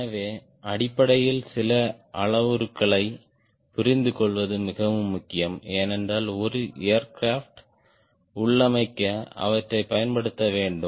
எனவே அடிப்படையில் சில அளவுருக்களைப் புரிந்துகொள்வது மிகவும் முக்கியம் ஏனென்றால் ஒரு ஏர்கிராப்ட் உள்ளமைக்க அவற்றைப் பயன்படுத்த வேண்டும்